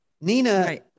Nina